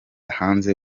hanze